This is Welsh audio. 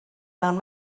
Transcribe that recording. mewn